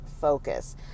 focus